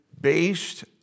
based